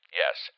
yes